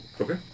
Okay